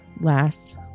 last